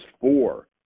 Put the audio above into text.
four